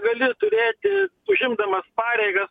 gali turėti užimdamas pareigas